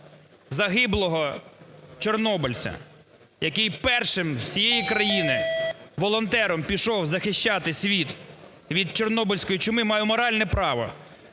загиблого чорнобильця, який першим з всієї країни волонтером пішов захищати світ від чорнобильської чуми, маю моральне право